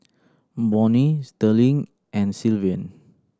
Bonnie Sterling and Sylvan